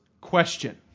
question